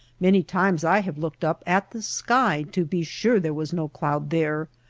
many times i have looked up at the sky to be sure there was no cloud there,